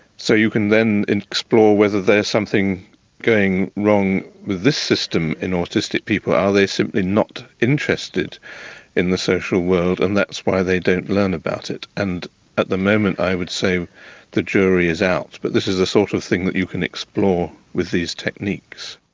so you can then explore whether there's something going wrong with this system in autistic people. are they simply not interested in the social world and that's why they don't learn about it? and at the moment i would say the jury is out, but this is the sort of thing you can explore with these techniques.